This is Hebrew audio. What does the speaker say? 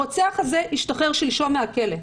הרוצח הזה השתחרר שלשום מהכלא,